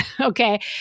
Okay